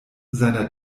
seiner